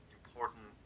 important